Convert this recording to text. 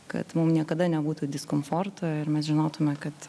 kad mum niekada nebūtų diskomforto ir mes žinotume kad